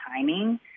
timing